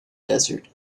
desert